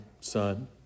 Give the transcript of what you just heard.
son